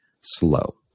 slow